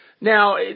Now